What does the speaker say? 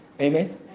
Amen